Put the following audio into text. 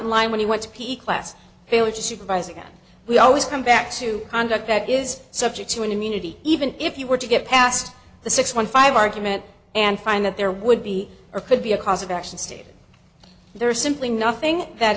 not lying when he went to peak class failing to supervise again we always come back to conduct that is subject to an immunity even if you were to get past the six one five argument and find that there would be or could be a cause of action stated there is simply nothing that